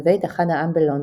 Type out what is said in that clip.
בבית אחד העם בלונדון,